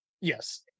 Yes